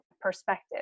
perspective